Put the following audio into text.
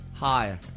Hi